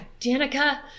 Danica